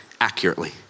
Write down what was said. accurately